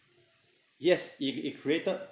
yes if it created